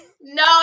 No